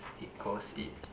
it goes in